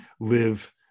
live